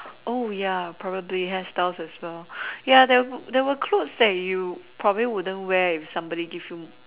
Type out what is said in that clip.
oh ya probably hairstyles as well ya there were clothes you problem wouldn't wear if someone gave you